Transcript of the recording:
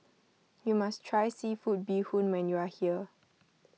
you must try Seafood Bee Hoon when you are here